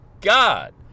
God